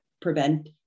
prevent